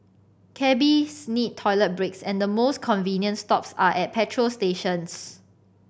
cabbies need toilet breaks and the most convenient stops are at petrol stations